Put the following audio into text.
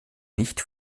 nicht